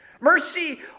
Mercy